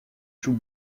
joue